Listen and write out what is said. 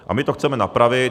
A my to chceme napravit.